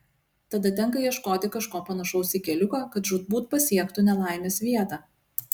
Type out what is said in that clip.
tada tenka ieškoti kažko panašaus į keliuką kad žūtbūt pasiektų nelaimės vietą